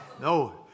No